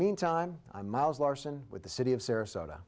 meantime i'm miles larson with the city of sarasota